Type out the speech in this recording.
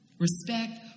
Respect